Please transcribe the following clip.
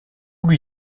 lui